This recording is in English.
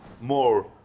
more